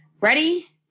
Ready